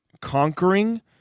conquering